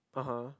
(uh huh)